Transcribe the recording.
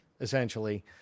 essentially